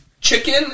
Chicken